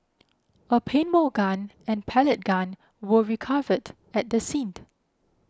a paintball gun and pellet gun were recovered at the scene